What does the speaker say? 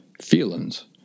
feelings